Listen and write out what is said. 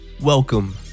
welcome